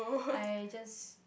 I just